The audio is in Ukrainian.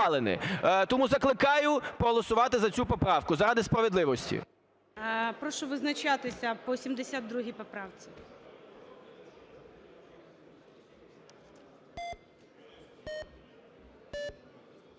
Тому закликаю проголосувати за цю поправку заради справедливості. ГОЛОВУЮЧИЙ. Прошу визначатися по 72 поправці. 13:05:31